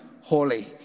holy